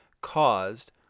caused